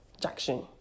jackson